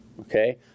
okay